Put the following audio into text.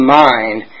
mind